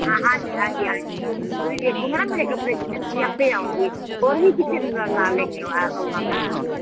ਹਾਂ ਹਾਂਜਂੀ ਹਾਂਜੀ ਹਾਂਜੀ ਤੁਸੀਂ ਦੇਖੋਗੇ ਨਾ ਮੇਰੇ ਕੱਪੜੇ ਸੀਤੇ ਤੁਸੀਂ ਆਓਗੇ ਹੋਰ ਵੀ ਕਿਸੇ ਨੂੰ ਨਾਲ ਲੈ ਕੇ ਆਇਆ ਆਉਣਾ